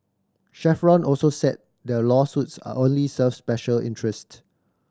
Chevron also said the lawsuits only serve special interests